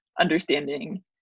understanding